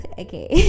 okay